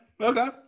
okay